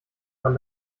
man